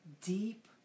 deep